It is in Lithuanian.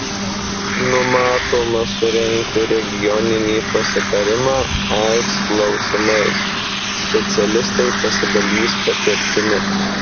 numatoma surengti regioninį pasitarimą aids klausimais specialistai pasidalys patirtimi